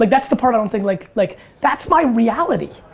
like that's the part i don't think like, like that's my reality.